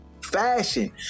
fashion